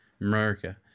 America